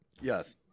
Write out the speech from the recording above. Yes